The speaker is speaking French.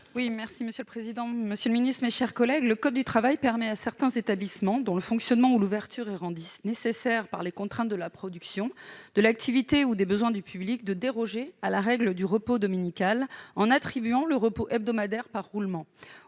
Vall, est ainsi libellé : La parole est à Mme Nathalie Delattre. Le code du travail permet aux établissements dont le fonctionnement ou l'ouverture sont rendus nécessaires par les contraintes de la production, de l'activité ou des besoins du public de déroger à la règle du repos dominical en attribuant le repos hebdomadaire par roulement.